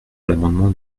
l’amendement